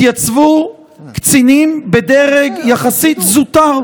התייצבו קצינים בדרג יחסית זוטר,